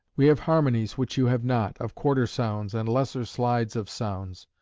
we have harmonies which you have not, of quarter-sounds, and lesser slides of sounds.